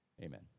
amen